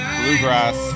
Bluegrass